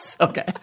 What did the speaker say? Okay